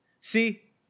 See